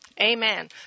Amen